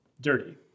Dirty